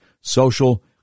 social